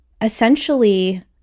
essentially